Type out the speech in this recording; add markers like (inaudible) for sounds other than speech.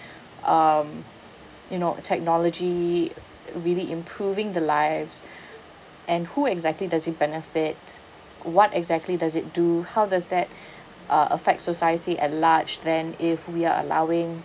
um you know technology really improving the lives (breath) and who exactly does it benefit what exactly does it do how does that (breath) uh affect society at large then if we are allowing